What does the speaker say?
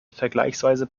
vergleichsweise